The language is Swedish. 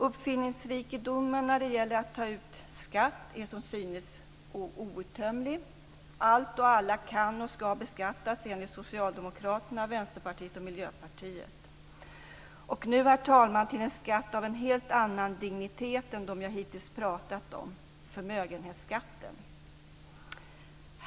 Uppfinningsrikedomen när det gäller att ta ut skatt är som synes outtömlig. Allt och alla kan och ska beskattas enligt Socialdemokraterna, Vänsterpartiet och Miljöpartiet. Nu, herr talman, till en skatt av en helt annan dignitet än dem jag hittills pratat om; förmögenhetskatten.